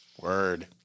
word